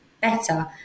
better